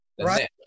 right